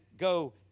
go